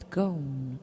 gone